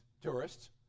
tourists